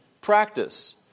practice